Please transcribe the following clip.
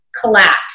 collapse